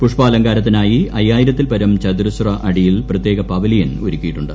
പുഷ്പാലങ്കാരത്തിനായി അയ്യായിരുത്തിൽപ്പരം ചതുരശ്ര അടിയിൽ പ്രത്യേക പവലിയൻ ഒരുക്കിയിട്ടുണ്ട്